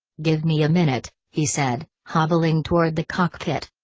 give me a minute, he said, hobbling toward the cockpit.